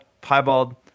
Piebald